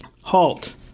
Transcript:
Halt